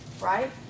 right